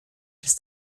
des